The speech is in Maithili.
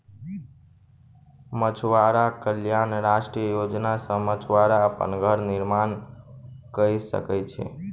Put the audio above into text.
मछुआरा कल्याण राष्ट्रीय योजना सॅ मछुआरा अपन घर निर्माण कय सकै छै